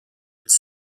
its